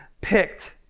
picked